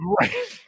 Right